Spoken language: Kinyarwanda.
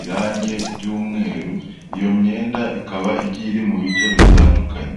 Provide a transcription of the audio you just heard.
irangi ry'umweru, iyo myenda ikaba igiye iri mu bice bitandukanye.